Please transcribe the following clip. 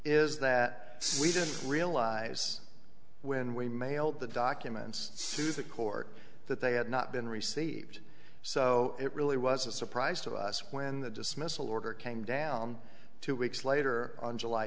is that we didn't realize when we mailed the documents says the court that they had not been received so it really was a surprise to us when the dismissal order came down two weeks later on july